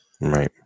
Right